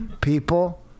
People